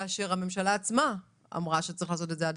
כאשר הממשלה עצמה אמרה שצריך לעשות את זה עד